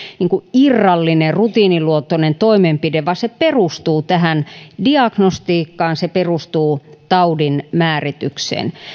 irrallinen rutiiniluontoinen toimenpide vaan se perustuu tähän diagnostiikkaan se perustuu taudinmääritykseen